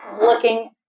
looking